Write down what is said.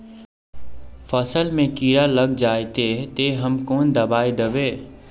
फसल में कीड़ा लग जाए ते, ते हम कौन दबाई दबे?